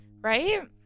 Right